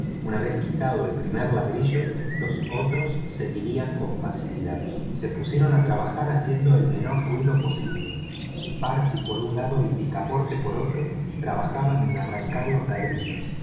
una vez quitado el primer ladrillo los otros seguirían con facilidad se pusieron a trabajar haciendo el menor ruido posible el parsi por un lado y picaporte por otro trabajaban en arrancar los ladrillos